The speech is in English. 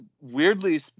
weirdly